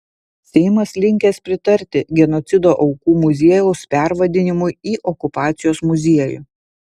seimas linkęs pritarti genocido aukų muziejaus pervadinimui į okupacijos muziejų